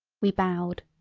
we bowed.